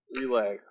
relax